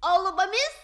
o lubomis